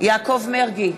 יעקב מרגי,